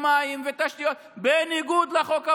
מים ותשתיות בניגוד לחוק הבין-לאומי.